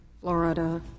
Florida